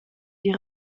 die